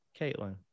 Caitlin